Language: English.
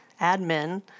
admin